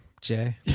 Jay